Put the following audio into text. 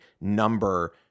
number